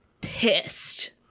pissed